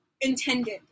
intended